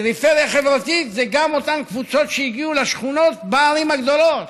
פריפריה חברתית זה גם אותן קבוצות שהגיעו לשכונות בערים הגדולות,